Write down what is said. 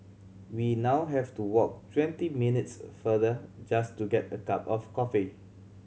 we now have to walk twenty minutes farther just to get a cup of coffee